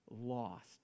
lost